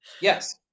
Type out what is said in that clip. Yes